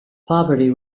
poverty